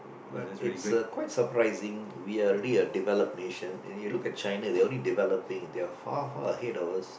but it's uh quite surprising we are already a developed nation and you look at China they are already developing they are far far ahead of us